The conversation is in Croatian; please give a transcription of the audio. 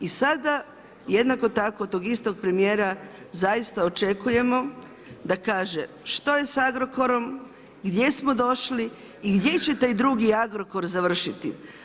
I sada jednako tako tog istog premijera zaista očekujemo da kaže što je s Agrokorom, gdje smo došli i gdje će taj drugi Agrokor završiti?